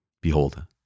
Behold